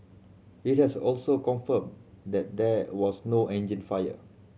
it has also confirmed that there was no engine fire